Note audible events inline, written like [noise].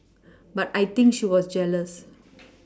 but I think she was jealous [noise]